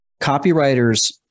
copywriters